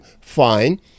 fine